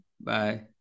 Bye